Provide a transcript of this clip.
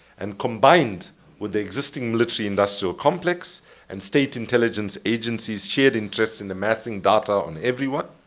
and combined with the existing military-industrial complex and state intelligence agencies shared interest in amassing data on everyone,